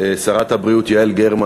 שרת הבריאות יעל גרמן